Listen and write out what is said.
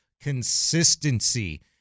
consistency